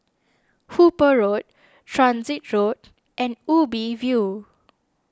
Hooper Road Transit Road and Ubi View